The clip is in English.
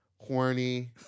horny